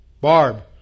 Barb